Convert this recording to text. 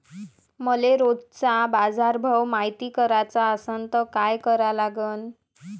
मले रोजचा बाजारभव मायती कराचा असन त काय करा लागन?